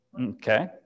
Okay